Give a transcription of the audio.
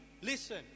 listen